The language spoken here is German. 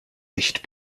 echt